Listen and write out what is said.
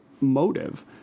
motive